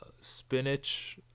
spinach